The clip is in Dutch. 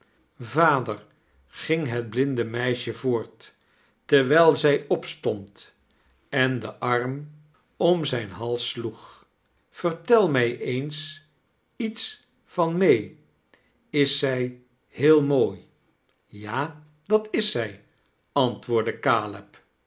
vader ging het blinde meisje voort terwijl zij opstond en den arm om zijn hals sloeg vertel mij eens iets van may is zrj heel mooi ja dat is zij antwoordde